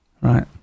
Right